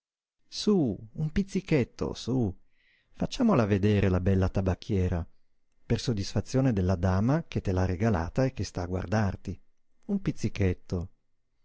su un pizzichetto su facciamola vedere la bella tabacchiera per soddisfazione della dama che te l'ha regalata e che sta a guardarti un pizzichetto